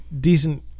decent